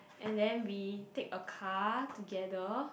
and then we take a car together